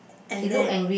and there it